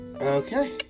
Okay